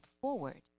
forward